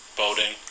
boating